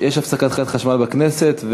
יש הפסקת חשמל בכנסת,